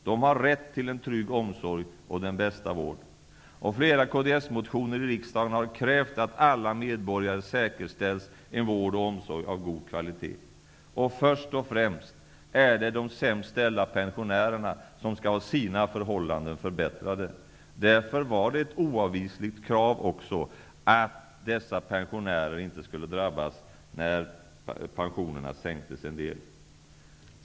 De har rätt till en trygg omsorg och den bästa vård. I flera kdsmotioner i riksdagen har vi krävt att alla medborgare skall säkerställas en vård och omsorg av god kvalitet. Och först och främst är det de sämst ställda pensionärerna som skall ha sina förhållanden förbättrade. Därför var det ett oavvisligt krav att dessa pensionärer inte skulle drabbas när pensionen sänktes.